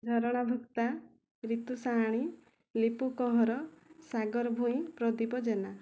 Jharana Bhukta Ritu Sahani Lipu Kanhar Sagar Bhoi Pradeep Jena